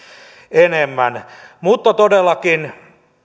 enemmän mutta todellakin